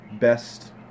best